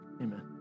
Amen